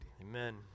amen